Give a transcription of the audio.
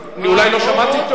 אולי לא שמעתי טוב?